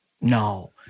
no